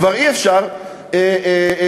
כבר אי-אפשר לאכול,